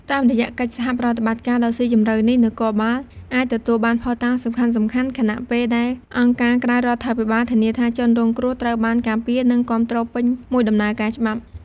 តាមរយៈកិច្ចសហប្រតិបត្តិការដ៏ស៊ីជម្រៅនេះ នគរបាលអាចទទួលបានភស្តុតាងសំខាន់ៗ ខណៈពេលដែលអង្គការក្រៅរដ្ឋាភិបាលធានាថាជនរងគ្រោះត្រូវបានការពារ និងគាំទ្រពេញមួយដំណើរការច្បាប់។